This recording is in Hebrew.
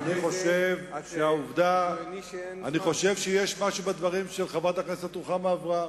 אני חושב שיש משהו בדברים של חברת הכנסת רוחמה אברהם.